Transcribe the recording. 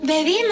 Baby